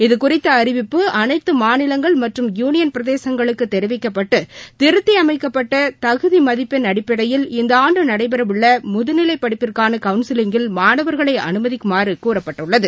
இது குறித்தஅறிவிப்பு அனைத்துமாநிலங்கள் மற்றும் யூனியன் பிரதேசங்களுக்குதெரிவிக்கப்பட்டுதிருத்திஅமைக்கப்பட்டதகுதிமதிப்பெண் அடப்படையில் இந்தாண்டுநடைபெறஉள்ளமுதுநிலைகவுன்சிலிங்கில் மாணவர்களைஅனுமதிக்குமாறுகூறப்பட்டுள்ளது